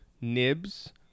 Nibs